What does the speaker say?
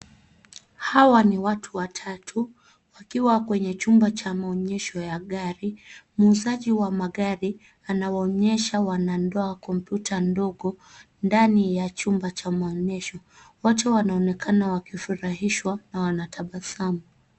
Hawa ni watu watatu wakiwa kwenye chumba cha maonyesho ya gari. Muuzaji wa magari anawaonyesha wanandoa kompyuta ndogo ndani ya chumba cha maonyesho. Wote wanaonekana wakifurahishwa na wanatabasamu.